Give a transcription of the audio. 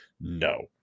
No